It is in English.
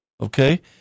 Okay